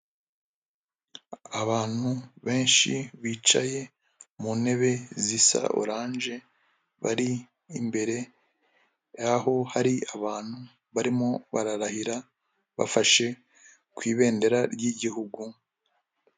Abantu benshi bicaye mu ntebe zisa oranje, bari imbere yaho hari abantu barimo bararahira, bafashe ku ibendera ry'igihugu.